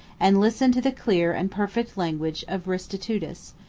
and listen to the clear and perfect language of restitutus,